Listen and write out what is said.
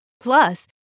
Plus